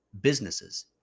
businesses